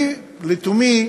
אני, לתומי,